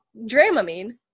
Dramamine